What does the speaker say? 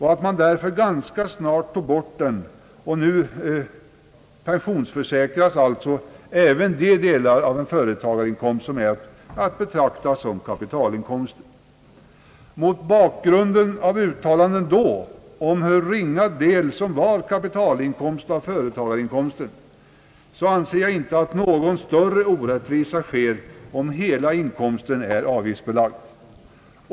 Man tog därför ganska snart bort den, och nu pensionsförsäkras alltså även de delar av en företagarinkomst som är att betrakta som kapitalinkomst. Mot bakgrunden av uttalanden då om hur ringa del av företagarinkomsten som var kapitalinkomst anser jag inte att någon större orättvisa sker om hela inkomsten är avgiftsbelagd.